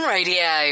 Radio